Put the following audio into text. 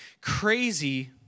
crazy